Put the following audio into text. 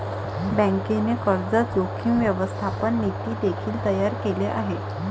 बँकेने कर्ज जोखीम व्यवस्थापन नीती देखील तयार केले आहे